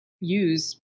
use